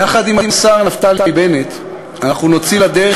יחד עם השר נפתלי בנט אנחנו נוציא לדרך